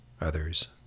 others